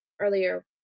earlier